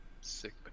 Sick